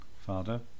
Father